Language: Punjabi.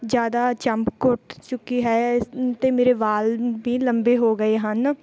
ਜ਼ਿਆਦਾ ਚਮਕ ਉੱਠ ਚੁੱਕੀ ਹੈ ਅਤੇ ਮੇਰੇ ਵਾਲ ਵੀ ਲੰਬੇ ਹੋ ਗਏ ਹਨ